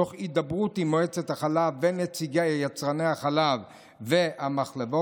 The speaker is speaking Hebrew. תוך הידברות עם מועצת החלב ונציגי יצרני החלב והמחלבות,